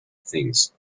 things